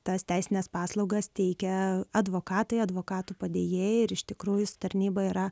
tas teisines paslaugas teikia advokatai advokatų padėjėjai ir iš tikrųjų tarnyba yra